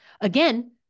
again